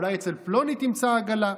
אולי אצל פלוני ותמצא עגלה.